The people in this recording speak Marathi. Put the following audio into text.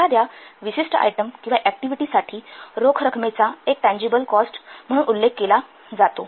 एखाद्या विशिष्ट आयटम किंवा ऍक्टिव्हिटी साठी रोख रकमेचा एक टँजिबल कॉस्ट उल्लेख केला जातो